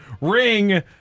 Ring